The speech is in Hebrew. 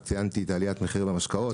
אז ציינתי את עליית מחיר המשקאות.